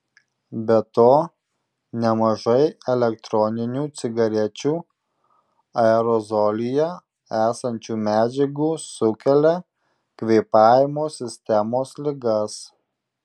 be to nemažai elektroninių cigarečių aerozolyje esančių medžiagų sukelia kvėpavimo sistemos ligas